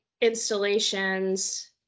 installations